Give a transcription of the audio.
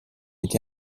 été